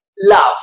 love